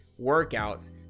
workouts